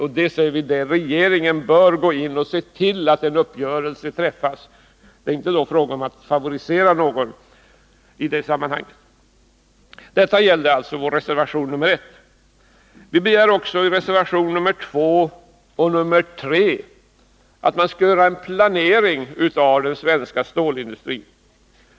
Vi menar att regeringen bör gå in och se till att en uppgörelse träffas — utan att i det sammanhanget favorisera någon. — Detta om vår reservation nr 1. Vi begär i reservationerna 2 och 3 en planering av den svenska stålindustrin.